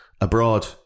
abroad